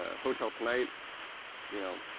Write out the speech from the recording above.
ah hoteltonight you know,